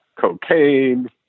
cocaine